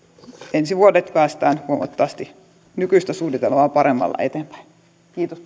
ensi vuodet päästään huomattavasti nykyistä suunnitelmaa paremmalla eteenpäin kiitos